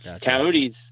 Coyotes